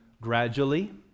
gradually